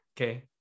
okay